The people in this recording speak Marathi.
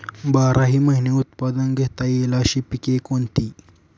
बाराही महिने उत्पादन घेता येईल अशी पिके कोणती?